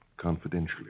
Confidentially